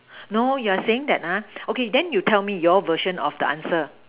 no you're saying that !huh! okay then you tell me your version of the answer